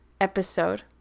episode